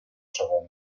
segona